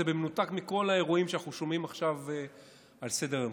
וזה במנותק מכל האירועים שאנחנו שומעים עכשיו על סדר-היום.